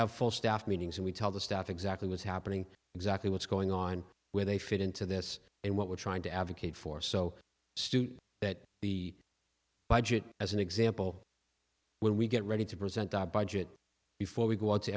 have full staff meetings and we tell the staff exactly what's happening exactly what's going on where they fit into this and what we're trying to advocate for so that the budget as an example when we get ready to present our budget before we go out to